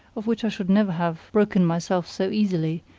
of which i should never have broken myself so easily,